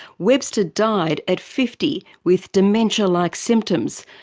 webster died at fifty with dementia-like symptoms,